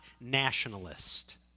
nationalist